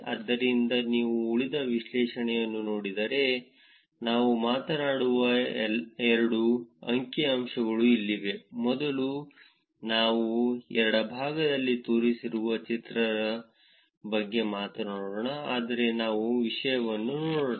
ಆದ್ದರಿಂದ ನೀವು ಉಳಿದ ವಿಶ್ಲೇಷಣೆಯನ್ನು ನೋಡಿದರೆ ನಾವು ಮಾತನಾಡುವ ಎರಡು ಅಂಕಿಅಂಶಗಳು ಇಲ್ಲಿವೆ ಮೊದಲು ನಾವು ಎಡಭಾಗದಲ್ಲಿ ತೋರಿಸಿರುವ ಚಿತ್ರ 1 ರ ಬಗ್ಗೆ ಮಾತನಾಡೋಣ ಆದರೆ ನಾವು ವಿಷಯವನ್ನು ನೋಡೋಣ